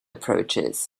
approaches